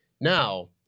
Now